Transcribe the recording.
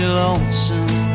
lonesome